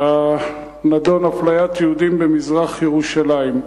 הנדון: אפליית יהודים במזרח-ירושלים.